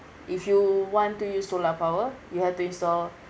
if you want to use solar power you have to install